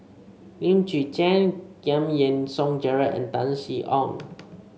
Lim Chwee Chian Giam Yean Song Gerald and Tan Sin Aun